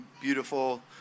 beautiful